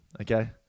okay